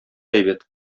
әйбәт